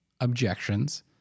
objections